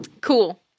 cool